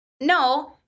No